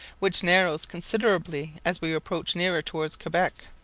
which narrows considerably as we approach nearer towards quebec.